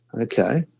Okay